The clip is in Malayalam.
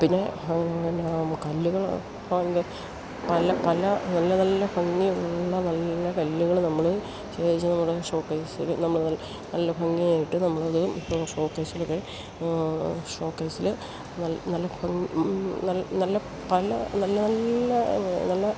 പിന്നെ കല്ലുകൾ പല പല നല്ല നല്ല ഭംഗിയുള്ള നല്ല കല്ലുകൾ നമ്മൾ ശേഖരിച്ച് നമ്മുട ഷോക്കേസിൽ നമ്മൾ നല്ല ഭംഗിയായിട്ട് നമ്മളത് ഷോക്കേസിലൊക്കെ ഷോക്കേസിൽ നല്ല നല്ല പല നല്ല നല്ല നല്ല